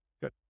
good